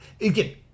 again